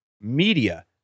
media